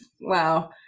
wow